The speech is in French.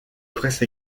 presse